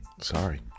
Sorry